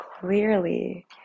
clearly